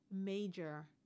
major